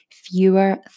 fewer